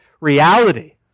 reality